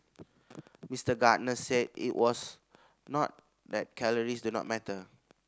Mister Gardner said it was not that calories do not matter